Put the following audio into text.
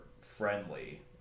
friendly